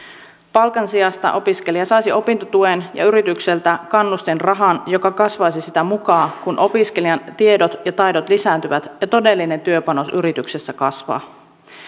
palkan sijasta opiskelija saisi opintotuen ja yritykseltä kannustinrahan joka kasvaisi sitä mukaa kuin opiskelijan tiedot ja taidot lisääntyvät ja todellinen työpanos yrityksessä kasvaa